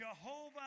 Jehovah